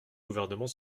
gouvernement